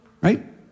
right